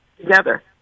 together